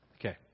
Okay